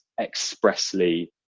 expressly